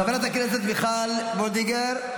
חברת הכנסת מיכל וולדיגר,